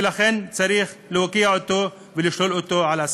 ולכן צריך להוקיע אותו ולשלול אותו על הסף.